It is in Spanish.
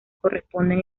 corresponden